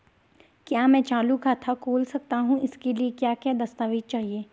क्या मैं चालू खाता खोल सकता हूँ इसके लिए क्या क्या दस्तावेज़ चाहिए?